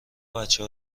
بچه